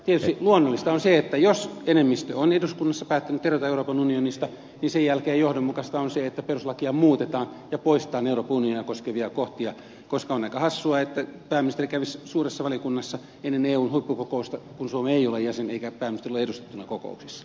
tietysti luonnollista on se että jos enemmistö on eduskunnassa päättänyt erota euroopan unionista niin sen jälkeen johdonmukaista on se että perustuslakia muutetaan ja poistetaan euroopan unionia koskevia kohtia koska on aika hassua että pääministeri kävisi suuressa valiokunnassa ennen eun huippukokousta kun suomi ei ole jäsen eikä pääministeri ole edustettuna kokouksissa